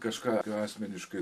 kažką asmeniškai